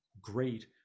great